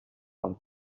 one